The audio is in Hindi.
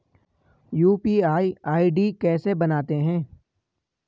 यु.पी.आई आई.डी कैसे बनाते हैं?